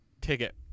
ticket